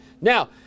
Now